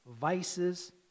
vices